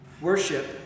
worship